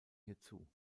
hierzu